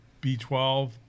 B12